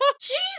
Jesus